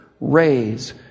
raise